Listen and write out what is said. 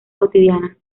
cotidianas